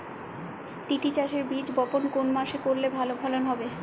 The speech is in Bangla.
তিসি চাষের বীজ বপন কোন মাসে করলে ভালো ফলন হবে?